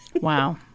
Wow